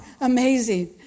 amazing